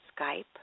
Skype